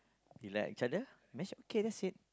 we like each other basic okay that's it